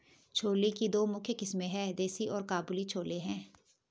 छोले की दो मुख्य किस्में है, देसी और काबुली छोले हैं